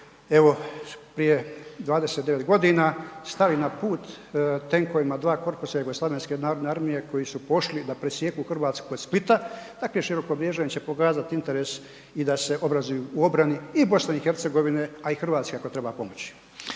evo prije 29 godina stali na put tenkovima dva korpusa JNA koji su pošli da presjeku Hrvatsku kod Splita, dakle Širokobriježani će pokazati interes i da se obrazuju u obrani i BiH, a i Hrvatskoj, ako treba pomoći.